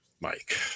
Mike